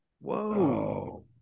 Whoa